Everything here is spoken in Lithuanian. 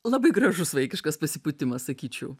labai gražus vaikiškas pasipūtimas sakyčiau